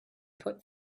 put